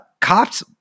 cops